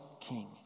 king